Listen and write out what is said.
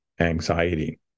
anxiety